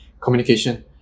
communication